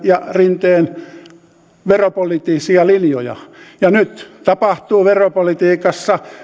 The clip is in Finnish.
ja rinne veropoliittisia linjoja nyt tapahtuu veropolitiikassa